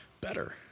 better